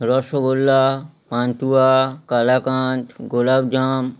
rasgulla pantua kalakand গোলাপজাম